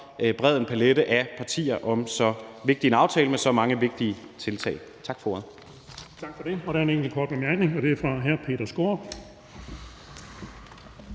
bred en palet af partier om så vigtig en aftale med så mange vigtige tiltag. Tak for ordet.